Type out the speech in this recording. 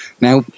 now